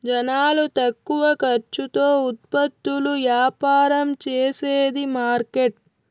జనాలు తక్కువ ఖర్చుతో ఉత్పత్తులు యాపారం చేసేది మార్కెట్